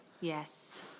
Yes